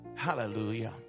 hallelujah